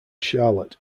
charlotte